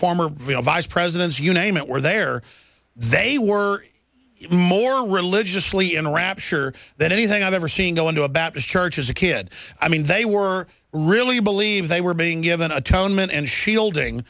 former vice presidents you name it where there they were more religiously in rapture than anything i've ever seen go into a baptist church as a kid i mean they were really believe they were being given atonement and shielding